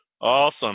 Awesome